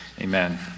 Amen